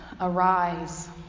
Arise